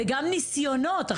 וגם ניסיונות.